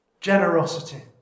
generosity